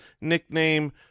nickname